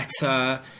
better